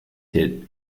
hit